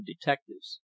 detectives